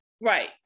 Right